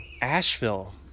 Asheville